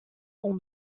son